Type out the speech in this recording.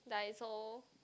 Daiso